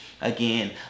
again